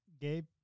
Gabe